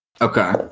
Okay